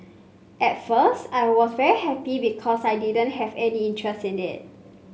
at first I was very happy because I didn't have any interest in it